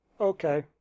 okay